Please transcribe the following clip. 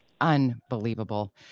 unbelievable